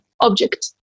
object